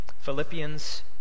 Philippians